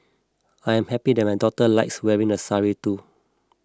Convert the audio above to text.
I am happy that my daughter likes wearing the sari too